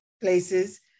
places